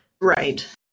Right